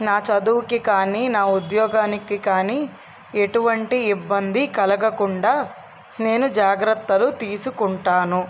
నా చదువుకి కానీ నా ఉద్యోగానికి కానీ ఎటువంటి ఇబ్బంది కలగకుండా నేను జాగ్రత్తలు తీసుకుంటాను